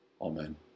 Amen